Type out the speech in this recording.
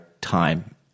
time